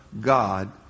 God